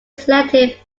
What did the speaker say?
selected